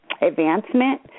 advancement